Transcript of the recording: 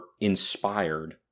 inspired